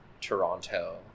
Toronto